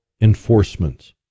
enforcement